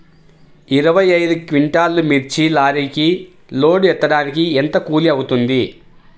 ఇరవై ఐదు క్వింటాల్లు మిర్చి లారీకి లోడ్ ఎత్తడానికి ఎంత కూలి అవుతుంది?